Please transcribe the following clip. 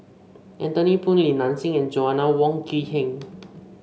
Anthony Poon Li Nanxing and Joanna Wong Quee Heng